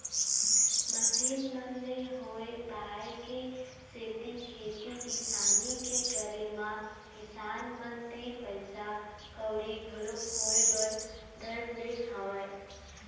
machine मन ले होय पाय के सेती खेती किसानी के करे म किसान मन तीर पइसा कउड़ी घलोक होय बर धर ले हवय